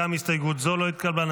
גם הסתייגות זו לא התקבלה.